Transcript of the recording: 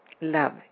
love